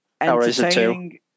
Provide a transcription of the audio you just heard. entertaining